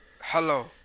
Hello